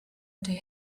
they